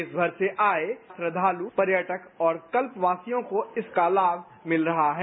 देश भर से आये श्रद्वालु पर्यटक और कल्पवासियों को इसका लाभ मिल रहा है